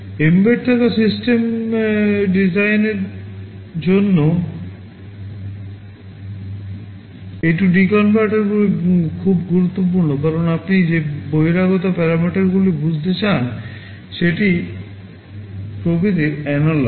embed থাকা system ডিজাইনের জন্য A D converter গুলি খুব গুরুত্বপূর্ণ কারণ আপনি যে বহিরাগত প্যারামিটারগুলি বুঝতে চান সেটি প্রকৃত অ্যানালগ